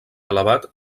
elevat